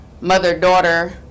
mother-daughter